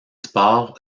sport